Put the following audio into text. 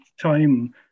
time